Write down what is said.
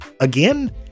again